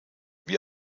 wie